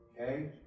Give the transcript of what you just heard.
Okay